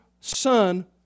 son